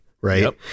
Right